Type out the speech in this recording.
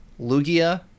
Lugia